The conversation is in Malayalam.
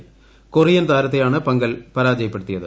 ക്കൊറിയൻ താരത്തെയാണ് പംഘൽ പരാജയപ്പെടുത്തിയത്